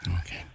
Okay